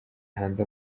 hanze